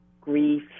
grief